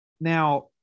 now